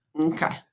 Okay